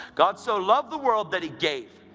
god so loved the world that he gave.